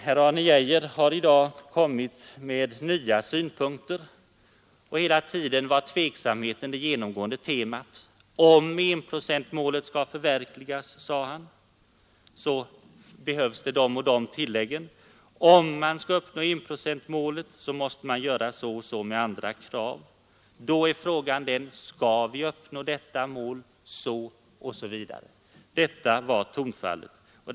Herr Arne Geijer har i dag anfört nya synpunkter, och hela tiden var tveksamhet det genomgående temat. ”Om enprocentsmålet skall förverkligas”, sade han, behövs olika budgettillskott. ”Om man skall uppnå enprocentsmålet” måste man göra si och så med andra krav. ”Då är frågan den: Skall vi uppnå detta mål”, så ——— osv. Detta var tonfallen.